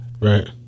Right